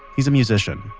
he's a musician.